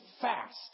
fast